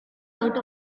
out